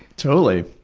totally,